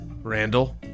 Randall